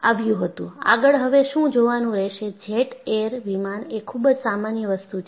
આગળ હવે શું જોવાનું રહેશે જેટ એર વિમાન એ ખૂબ જ સામાન્ય વસ્તુ છે